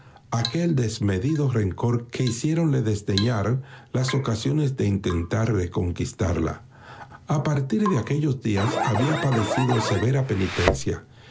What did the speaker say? aquel desmedido rencor que luciéronle desdeñar las ocasiones de intentar reconquistarla a partir de aquellos días había padecido severa penitencia